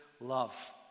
love